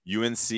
UNC